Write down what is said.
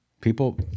People